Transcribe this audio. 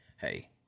hey